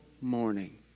morning